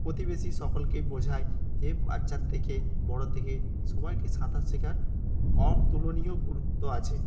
প্রতিবেশী সকলকে বোঝাই যে বাচ্চার থেকে বড় থেকে সবাইকে সাঁতার শেখার অতুলনীয় গুরুত্ব আছে